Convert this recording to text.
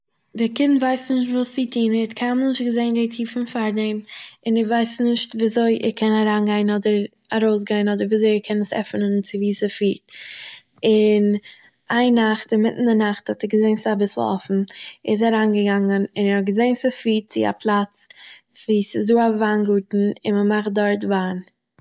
די קינד ווייסט נישט וואס צו טוהן, ער האט קיינמאל נישט געזעהן די טיר פון פאר דעם, און ער ווייסט נישט וויאזוי ער קען אריינגיין אדער ארויסגיין אדער וויאזוי ער קען עס עפענען און. און איין נאכט, אינמיטן דער נאכט האט ער געזעהן ס'איז אביסל אפן, איז ער אריינגעגאנגען און געזעהן ס'פירט צו א פלאץ וואו ס'איז דא א וויינגארטן און מען מאכט דארט וויין